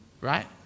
right